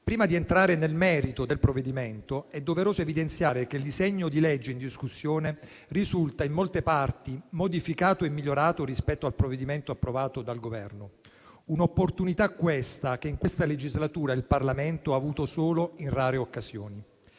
Prima di entrare nel merito del provvedimento, è doveroso evidenziare che il disegno di legge in discussione risulta in molte parti modificato e migliorato rispetto al provvedimento approvato dal Governo. Si tratta di un'opportunità che in questa legislatura il Parlamento ha avuto solo in rare occasioni.